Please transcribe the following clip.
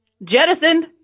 jettisoned